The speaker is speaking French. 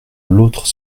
l’autre